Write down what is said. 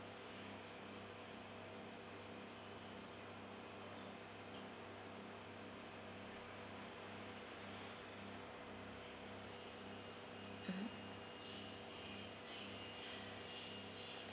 mm